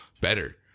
better